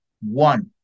One